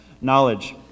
knowledge